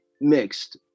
mixed